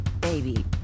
baby